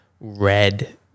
red